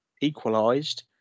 equalised